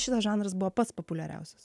šitas žanras buvo pats populiariausias